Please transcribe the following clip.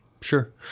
Sure